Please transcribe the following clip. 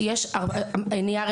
בגן שלי היו לי עובדות זרות מקולומביה,